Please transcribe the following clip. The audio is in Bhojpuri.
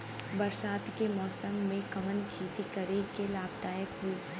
बरसात के मौसम में कवन खेती करे में लाभदायक होयी?